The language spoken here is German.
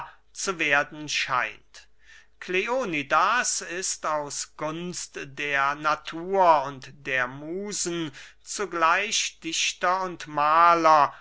zu werden scheint kleonidas ist aus gunst der natur und der musen zugleich dichter und mahler